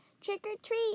trick-or-treat